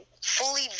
fully